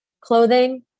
clothing